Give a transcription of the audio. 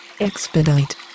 Expedite